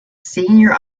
senior